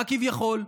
מה כביכול?